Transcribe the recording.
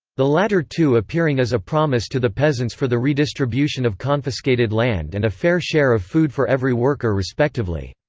the latter two appearing as a promise to the peasants for the redistribution of confiscated land and a fair share of food for every worker respectively.